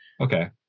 Okay